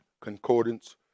concordance